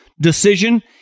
decision